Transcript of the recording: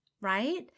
right